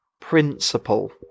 principle